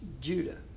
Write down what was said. Judah